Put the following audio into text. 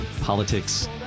Politics